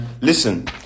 listen